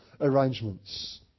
arrangements